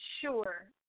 sure